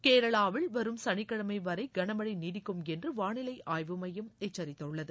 கேரளாவில் வரும் சனிக்கிழமை வரை கனமழை நீடிக்கும் என்று வானிலை ஆய்வு மையம் எச்சரித்துள்ளது